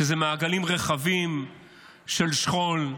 שאלה מעגלים רחבים של שכול,